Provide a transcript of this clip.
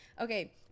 Okay